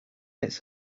its